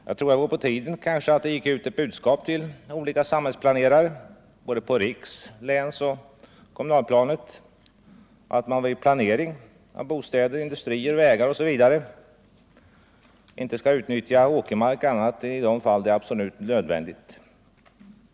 Jag tror att det vore på tiden att det gick ut ett budskap till olika samhällsplanerare på riks-, länsoch kommunalnivå att man vid planering av bostäder, industrier, vägar osv. icke skall utnyttja åkermark i andra fall än när så är absolut nödvändigt.